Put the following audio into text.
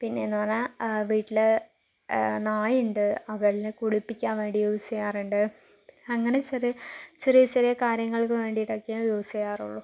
പിന്നേന്ന് പറഞ്ഞാൽ വീട്ടില് നായയുണ്ട് അവൾനെ കുളിപ്പിക്കാൻ വേണ്ടി യൂസ് ചെയ്യാറുണ്ട് അങ്ങനെ ചെറിയ ചെറിയ ചെറിയ കാര്യങ്ങൾക്ക് വേണ്ടിട്ട് ഒക്കെയേ യൂസ് ചെയ്യാറുള്ളൂ